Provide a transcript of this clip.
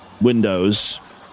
Windows